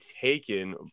taken